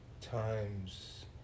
times